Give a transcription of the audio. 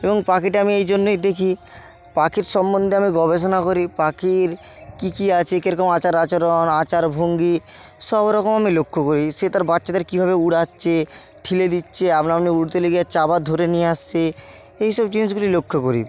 এবং পাখিটা আমি এই জন্যেই দেখি পাখির সম্বন্ধে আমি গবেষণা করি পাখির কী কী আছে কীরকম আচার আচরণ আচার ভঙ্গি সব রকম আমি লক্ষ করি সে তার বাচ্চাদের কীভাবে উড়াচ্ছে ঠেলে দিচ্ছে আপনাআপনি উড়তে লেগে যাচ্ছে আবার ধরে নিয়ে আসছে এই সব জিনিসগুলি লক্ষ করি